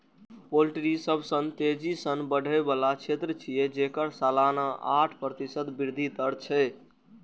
poultry सबसं तेजी सं बढ़ै बला क्षेत्र छियै, जेकर सालाना आठ प्रतिशत वृद्धि दर छै